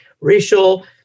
racial